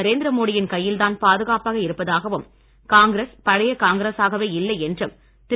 நரேந்திர மோடி யின் கையில் தான் பாதுகாப்பாக இருப்பதாகவும் காங்கிரஸ் பழைய காங்கிரசாகவே இல்லை என்றும் திரு